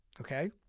Okay